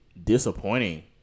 Disappointing